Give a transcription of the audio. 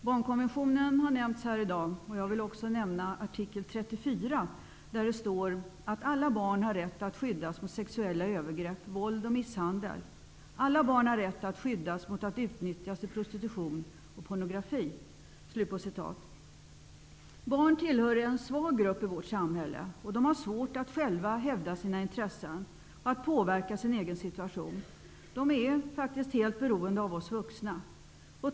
Herr talman! Barnkonventionen har nämnts i dag, och jag vill också ta upp artikel 34 där det står att ''alla barn har rätt att skyddas mot sexuella övergrepp, våld och misshandel. Alla barn har rätt att skyddas mot att utnyttjas i prostitution och pornografi.'' Barn tillhör en svag grupp i vårt samhälle. De har svårt att själva hävda sina intressen och att påverka sin egen situation. De är faktiskt helt beroende av oss vuxna.